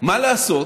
מה לעשות,